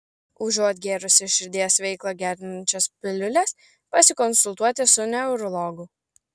užuot gėrusi širdies veiklą gerinančias piliules pasikonsultuoti su neurologu